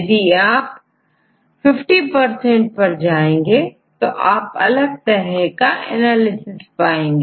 यदि आप 50ऑप्शन पर जाएं तो आप अलग तरह से एनालिसिस करेंगे